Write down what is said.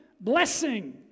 blessing